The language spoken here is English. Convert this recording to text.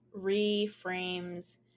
reframes